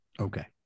Okay